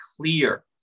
clear